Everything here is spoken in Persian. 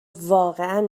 واقعا